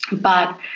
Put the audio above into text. but,